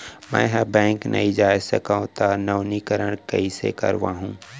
मैं ह बैंक नई जाथे सकंव त नवीनीकरण कइसे करवाहू?